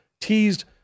teased